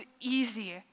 easy